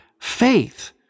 faith